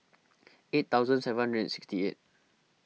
eight thousand seven hundred sixty eight